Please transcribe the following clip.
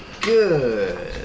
Good